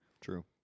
True